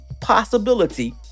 possibility